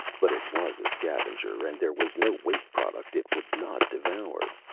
but it was a scavenger and there was no waste product it would not devour.